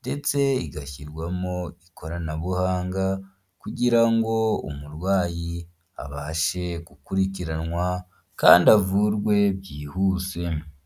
ndetse igashyirwamo ikoranabuhanga, kugira ngo umurwayi abashe gukurikiranwa kandi avurwe byihuse.